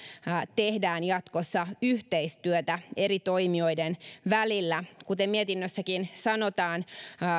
tehdään jatkossa yhteistyötä eri toimijoiden välillä kuten mietinnössäkin sanotaan